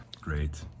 Great